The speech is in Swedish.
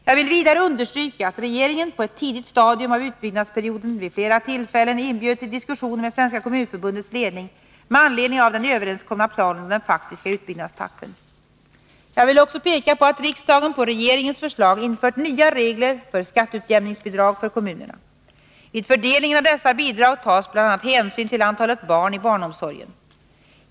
Jag vill vidare understryka att regeringen på ett tidigt stadium av utbyggnadsperioden vid flera tillfällen inbjöd till diskussioner med Svenska Jag vill också peka på att riksdagen på regeringens förslag infört nya regler för skatteutjämningsbidrag för kommunerna. Vid fördelningen av dessa bidrag tas bl.a. hänsyn till antalet barn i barnomsorgen.